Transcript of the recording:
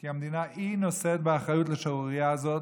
כי המדינה היא הנושאת באחריות לשערורייה הזאת